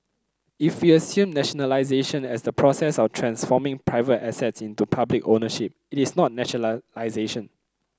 if we assume nationalisation as the process of transforming private assets into public ownership it is not nationalisation